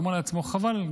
הוא אומר לעצמו: חבל,